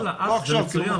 זה מצוין.